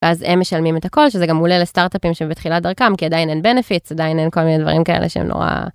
אז הם משלמים את הכל שזה גם מעולה לסטארטאפים שבתחילת דרכם כי עדיין אין הטבות עדיין אין כל מיני דברים כאלה שהם נורא.